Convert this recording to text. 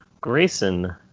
Grayson